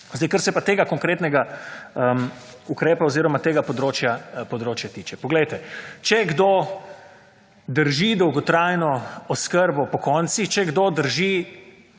tarčo. Kar se pa tega konkretnega ukrepa oziroma tega področja tiče. Poglejte, če kdo drži dolgotgrajno oskrbo pokonci, če kdo drži